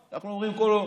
אנחנו אומרים כל יום.